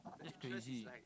that's crazy